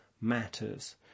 matters